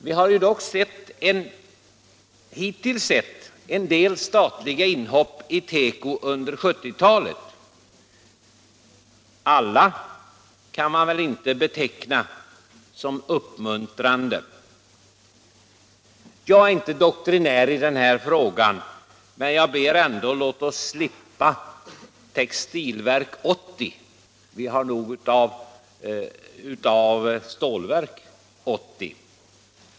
Vi har ju dock hittills sett en del statliga inhopp i teko under 1970-talet. Alla kan man väl inte beteckna som uppmuntrande. Jag är inte doktrinär i den här frågan, men jag ber ändå att vi skall slippa Textilverk 80. Vi har nog av Stålverk 80.